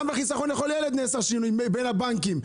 גם בחיסכון לכל ילד נעשה שינוי בין הבנקים.